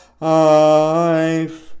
life